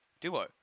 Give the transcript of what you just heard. duo